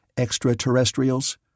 Extraterrestrials